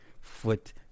foot